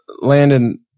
Landon